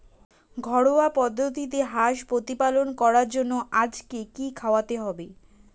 ঘরোয়া পদ্ধতিতে হাঁস প্রতিপালন করার জন্য আজকে কি খাওয়াতে হবে?